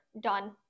done